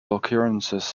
occurrences